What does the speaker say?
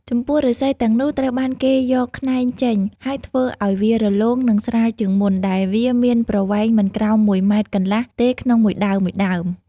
ចំពោះឫស្សីទាំងនោះ ត្រូវបានគេយកខ្នែងចេញ ហើយធ្វើឲ្យវារលោង និងស្រាលជាងមុន ដែលវាមានប្រវែងមិនក្រោមមួយម៉ែត្រកន្លះទេក្នុងមួយដើមៗ។